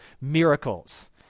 miracles